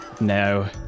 No